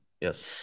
Yes